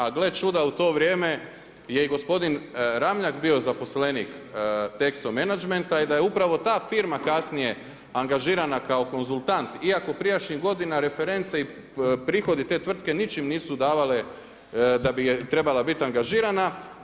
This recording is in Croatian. A gle čuda u to vrijeme je i gospodin Ramljak bio zaposlenik texo Managmenta i da je upravo ta firma, kasnije angažirala kao konzultant, iako prijašnjih godina reference i prihodi te tvrtke ničim nisu davale da bi trebala biti angažirala.